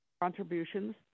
contributions